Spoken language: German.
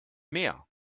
mehr